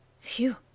Phew